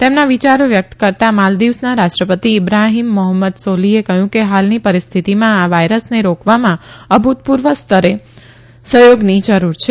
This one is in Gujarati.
તેમના વિયારો વ્યકત કરતા માલદીવ્સના રાષ્ટ્રપતિ ઇબ્રાહીમ મોહમદ સોલીહે કહયું કે હાલની પરીસ્થિતિમાં આા વાયરસને રોકવામાં અભુતપુર્વ સ્તરે સહયોગની જરૂર છે